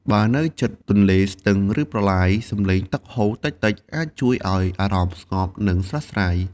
បើនៅជិតទន្លេ ស្ទឹង ឬប្រឡាយ សំឡេងទឹកហូរតិចៗអាចជួយឱ្យអារម្មណ៍ស្ងប់ និងស្រស់ស្រាយ។